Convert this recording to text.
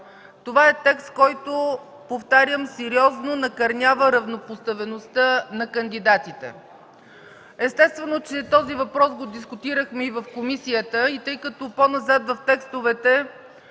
това е текст, който, повтарям, сериозно накърнява равнопоставеността на кандидатите. Естествено че този въпрос го дискутирахме и в комисията. Тъй като по-назад в текстовете